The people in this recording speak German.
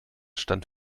stand